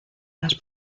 las